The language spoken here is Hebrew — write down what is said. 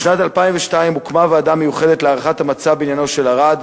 בשנת 2002 הוקמה ועדה מיוחדת להערכת המצב בעניינו של ארד,